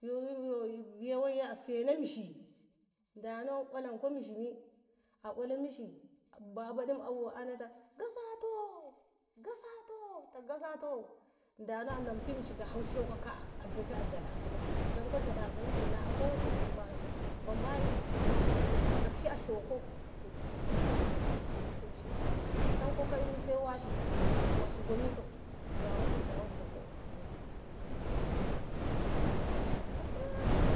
yo biya woiye a sena mishi dana olanko mishi mi a ola mishi babaɗi ana ta gasato- gasato ta gasato dano a namiti mishi ka'e a hawo shoko ka'a a ze ke a dalasu dai zanko dalasu mi ki nahko ki mama'e a takshe a shoko a seshe a takshea shoko a seshe sanko me sai washi washi gomito zawa ki zawa bobo bobbo bobo ta ihuhu